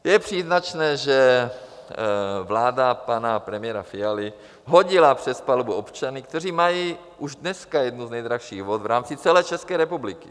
Je příznačné, že vláda pana premiéra Fialy hodila přes palubu občany, kteří mají už dneska jednu z nejdražších vod v rámci celé České republiky.